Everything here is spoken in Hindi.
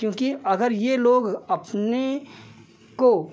क्योंकि अगर यह लोग अपने को